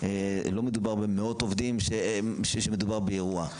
לא מדובר במאות עובדים שמדובר באירוע.